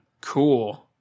Cool